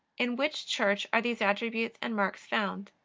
in which church are these attributes and marks found?